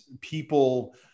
people